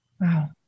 Wow